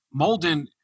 Molden